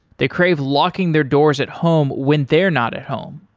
they crave locking their doors at home when they're not at home.